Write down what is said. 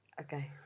Okay